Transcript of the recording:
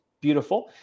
Beautiful